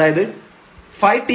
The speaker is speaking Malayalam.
അതായത് ɸfx0thy0tk